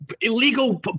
illegal